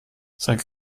seit